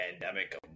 pandemic